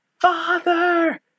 Father